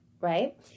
right